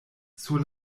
sur